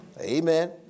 Amen